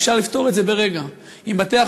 אפשר לפתור את זה ברגע עם בתי-החולים,